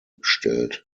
gestellt